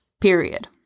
Period